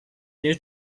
new